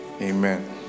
Amen